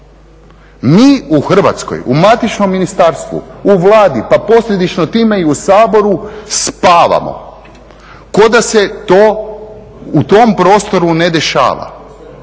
Mi u Hrvatskoj, u matičnom ministarstvu, u Vladi pa posljedično time i u Saboru spavamo ko da se u tom prostoru ne dešava.